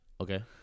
Okay